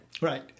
Right